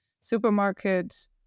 supermarket